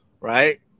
right